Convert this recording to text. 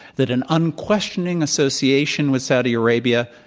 that an unquestioning association with saudi arabia,